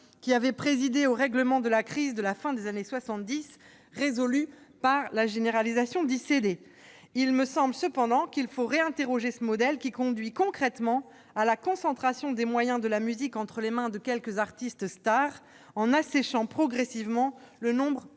qui avait présidé au règlement de la crise de la fin des années soixante-dix, résolue par la généralisation du CD. Il me semble cependant qu'il faut réinterroger ce modèle, qui conduit concrètement à la concentration des moyens de la musique entre les mains de quelques artistes stars en asséchant progressivement le nombre